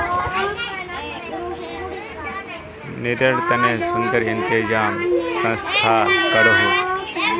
रिनेर तने सुदेर इंतज़ाम संस्थाए करोह